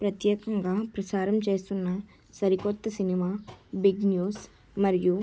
ప్రతేకంగా ప్రసారం చేస్తున్న సరికొత్త సినిమా బిగ్ న్యూస్ మరియు